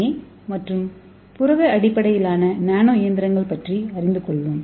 ஏ மற்றும் புரத அடிப்படையிலான நானோ இயந்திரங்கள் பற்றி அறிந்து கொள்வோம்